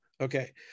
Okay